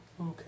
Okay